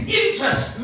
interest